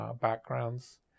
backgrounds